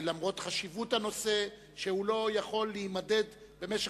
למרות חשיבות הנושא שלא יכולה להימדד במשך